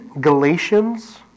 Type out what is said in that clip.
Galatians